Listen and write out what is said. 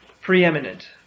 preeminent